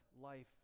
life